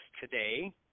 today